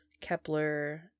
Kepler